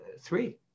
three